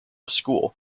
school